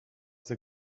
the